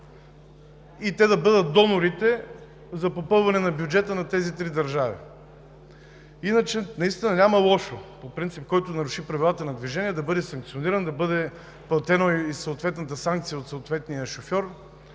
и те да бъдат донорите за попълване на бюджета на тези три държави. Иначе няма лошо, по принцип – който наруши правилата за движение, да бъде санкциониран, да бъде платена съответната санкция от съответния шофьор,